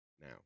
now